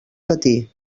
patir